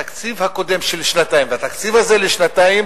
התקציב הקודם של שנתיים והתקציב הזה לשנתיים